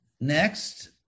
next